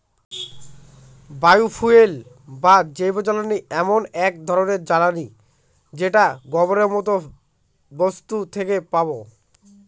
বায় fuel বা জৈবজ্বালানী এমন এক ধরনের জ্বালানী যেটা গোবরের মতো বস্তু থেকে পাবো